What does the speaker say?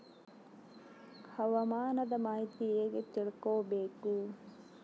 ಹವಾಮಾನದ ಮಾಹಿತಿ ಹೇಗೆ ತಿಳಕೊಬೇಕು?